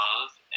love